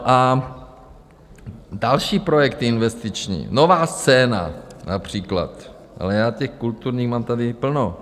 A další projekty investiční Nová scéna například, ale těch kulturních mám tady plno.